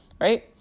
Right